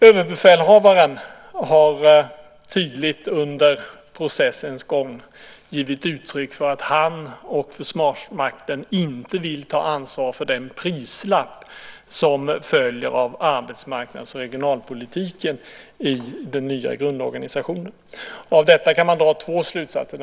Överbefälhavaren har tydligt under processens gång givit uttryck för att han och Försvarsmakten inte vill ta ansvar för den prislapp som följer av arbetsmarknads och regionalpolitiken i den nya grundorganisationen. Av detta kan man dra två slutsatser.